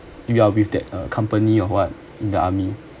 you are with that uh company or what in the army